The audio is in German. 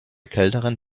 kälteren